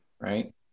Right